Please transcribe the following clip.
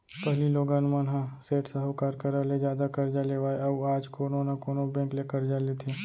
पहिली लोगन मन ह सेठ साहूकार करा ले जादा करजा लेवय अउ आज कोनो न कोनो बेंक ले करजा लेथे